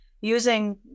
using